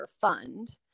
Fund